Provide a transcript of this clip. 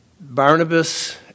Barnabas